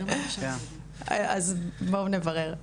אז בואו נברר,